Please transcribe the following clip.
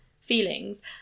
feelings